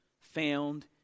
found